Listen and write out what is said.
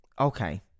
Okay